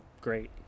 great